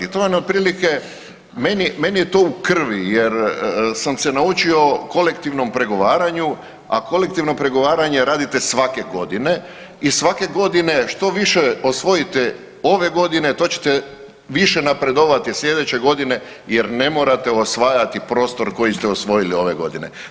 To vam je otprilike, meni je to u krvi, jer sam se naučio kolektivnom pregovaranju, a kolektivno pregovaranje radite svake godine i svake godine što više osvojite ove godine to ćete više napredovati slijedeće godine jer ne morate osvajati prostor koji ste osvojili ove godine.